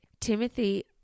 Timothy